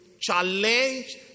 challenge